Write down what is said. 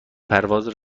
پرواز